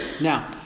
Now